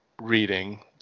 reading